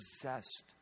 possessed